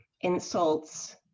insults